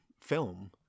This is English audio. film